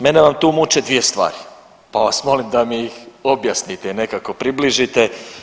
Mene vam tu muče dvije stvari, pa vas molim da mi ih objasnite, nekako približite.